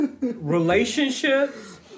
Relationships